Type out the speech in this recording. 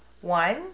one